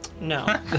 No